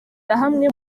hamwe